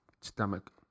stomach